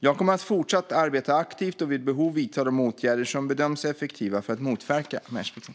Jag kommer att fortsätta att arbeta aktivt och vid behov vidta de åtgärder som bedöms effektiva för att motverka matchfixning.